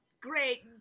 great